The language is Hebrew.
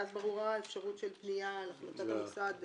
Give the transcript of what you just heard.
ואז ברורה האפשרות של פנייה על החלטת המוסד.